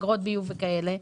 אגרות ביוב וכולי.